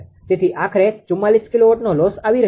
તેથી આખરે 44 કિલોવોટનો લોસ આવી રહ્યો છે